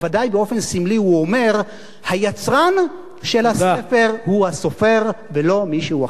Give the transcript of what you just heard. בוודאי באופן סמלי הוא אומר: היצרן של הספר הוא הסופר ולא מישהו אחר.